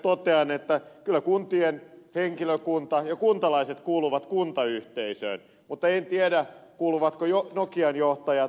jaskarille totean että kyllä kuntien henkilökunta ja kuntalaiset kuuluvat kuntayhteisöön mutta en tiedä kuuluvatko jo nokian johtajat yliopistoyhteisöön